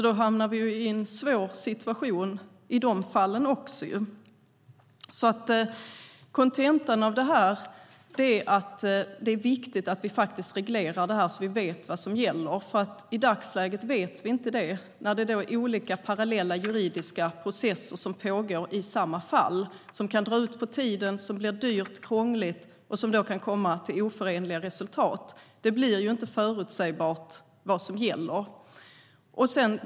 Då hamnar vi i en svår situation i de fallen också. Kontentan är att det är viktigt att vi reglerar det här, så att vi vet vad som gäller. I dagsläget vet vi inte det. När det i samma fall pågår parallella juridiska processer som kan dra ut på tiden blir det dyrt och krångligt, och de kan komma fram till oförenliga resultat. Det blir inte förutsägbart vad som gäller.